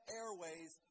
airways